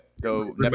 Go